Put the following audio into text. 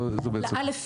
לא'.